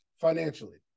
financially